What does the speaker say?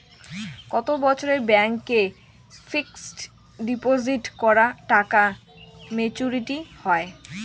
কত বছরে ব্যাংক এ ফিক্সড ডিপোজিট করা টাকা মেচুউরিটি হয়?